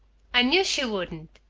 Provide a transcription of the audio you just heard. i knew she wouldn't,